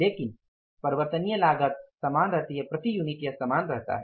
लेकिन परिवर्तनीय लागत समान रहता है प्रति यूनिट यह समान रहता है